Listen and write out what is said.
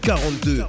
42